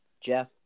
Jeff